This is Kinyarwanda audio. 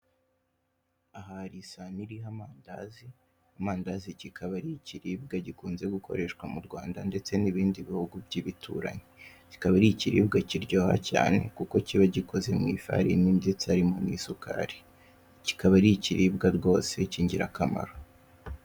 Aha hari isahani iriho amandazi. Amandazi kikaba ari ikiribwa gikunze gukoreshwa mu Rwanda ndetse no mu bindi bihugu by'ibituranyi; kikaba ari ikiribwa kiryoha cyane kuko kiba gikozwe mu ifarini n'isukari, kikaba ari ikiribwa rwose cy'ingirakamaro.